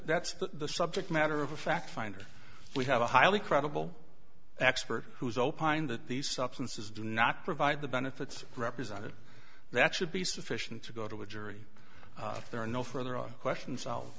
that's the subject matter of a fact finding we have a highly credible expert who's opined that these substances do not provide the benefits represented that should be sufficient to go to a jury if there are no further are questions i'll